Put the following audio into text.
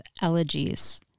Elegies